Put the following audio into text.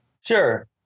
Sure